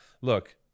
look